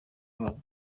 babo